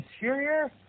interior